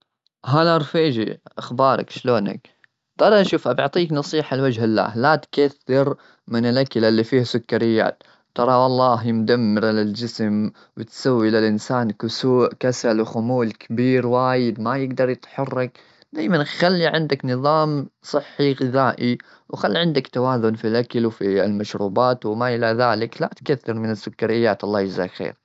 هلا رفيجي، أخبارك؟ شلونك؟ تعال شوف، أبي أعطيك نصيحة لوجه الله: لا تكثر من الأكل اللي فيه سكريات، ترى والله مدمرة للجسم، وتسوي للإنسان كسول-كسل وخمول كبير وايد، ما يقدر يتحرك. دايما خلي عندك نظام صحي غذائي، وخل عندك توازن في الأكل وفي المشروبات وما إلى ذلك. لا تكثر من السكريات، الله يجزاك خير.